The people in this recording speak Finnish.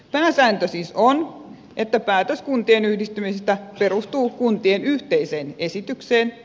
pääsääntö siis on että päätös kuntien yhdistymisestä perustuu kuntien yhteiseen esitykseen